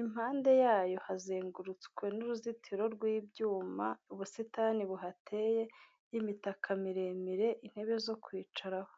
impande yayo hazengurutswe n'uruzitiro rw'ibyuma, ubusitani buhateye, imitaka miremire, intebe zo kwicaraho.